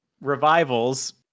revivals